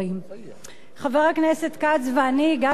חבר הכנסת כץ ואני הגשנו את הצעת החוק,